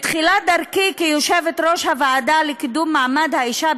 בתחילת דרכי כיושבת-ראש הוועדה לקידום מעמד האישה,